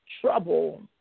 trouble